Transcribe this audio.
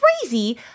crazy